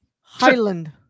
Highland